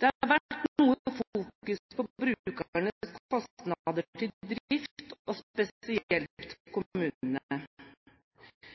Det har vært noe fokus på brukernes kostnader til drift, og